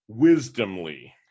wisdomly